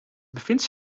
bevindt